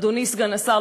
אדוני סגן השר,